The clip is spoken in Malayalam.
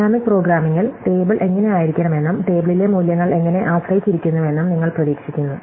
ഡൈനാമിക് പ്രോഗ്രാമിംഗിൽ ടേബിൾ എങ്ങനെയായിരിക്കണമെന്നും ടേബിളിലെ മൂല്യങ്ങൾ എങ്ങനെ ആശ്രയിച്ചിരിക്കുന്നുവെന്നും നിങ്ങൾ പ്രതീക്ഷിക്കുന്നു